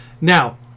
Now